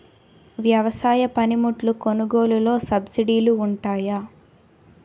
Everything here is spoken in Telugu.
వ్యవసాయ పనిముట్లు కొనుగోలు లొ సబ్సిడీ లు వుంటాయా?